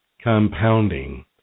compounding